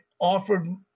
offered